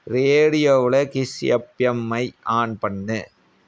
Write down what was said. ரேடியோவில் கிஸ் எஃப்எம்ஐ ஆன் பண்ணு